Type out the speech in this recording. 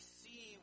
see